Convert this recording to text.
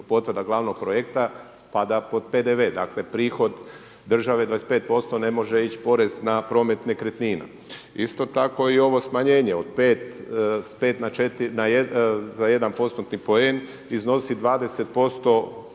potvrda glavnog projekta, pa da pod PDV, dakle prihod države 25% ne može ići porez na promet nekretnina. Isto tako i ovo smanjenje sa 5 na 4 za jedan postotni poen iznosi 20%